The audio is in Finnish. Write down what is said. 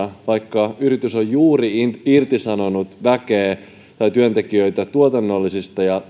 vaikka yritys on juuri irtisanonut työntekijöitä tuotannollisilla ja